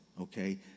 okay